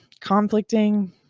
conflicting